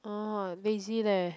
oh lazy leh